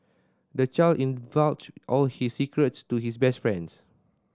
the child all his secrets to his best friends